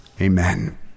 Amen